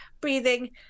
breathing